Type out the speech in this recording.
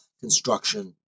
construction